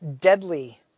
deadly